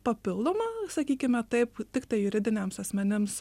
papildoma sakykime taip tiktai juridiniams asmenims